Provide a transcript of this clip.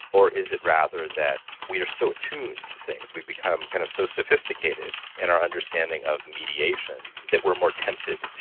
or is it rather that we are so attuned to things, we've become kind of so sophisticated in our understanding of mediation that we're more tempted.